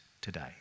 today